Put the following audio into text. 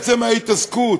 עצם ההתעסקות,